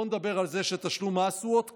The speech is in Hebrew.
בואו נדבר על זה שתשלום מס הוא אות כבוד.